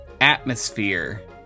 atmosphere